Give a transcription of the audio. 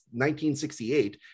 1968